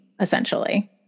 essentially